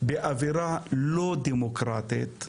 באווירה לא דמוקרטית,